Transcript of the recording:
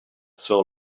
soul